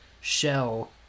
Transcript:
shell